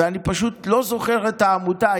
אני פשוט לא זוכר את העמותה.